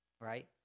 right